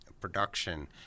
production